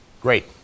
Great